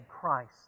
Christ